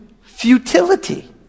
futility